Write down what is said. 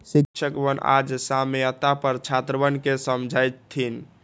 शिक्षकवन आज साम्यता पर छात्रवन के समझय थिन